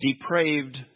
depraved